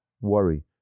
worry